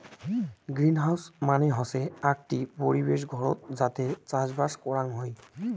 greenhouse মানে হসে আকটি পরিবেশ ঘরত যাতে চাষবাস করাং হই